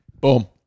Boom